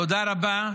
תודה רבה.